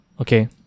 okay